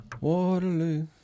Waterloo